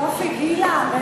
יופי, גילה.